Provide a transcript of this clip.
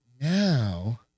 Now